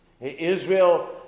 Israel